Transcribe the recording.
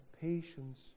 patience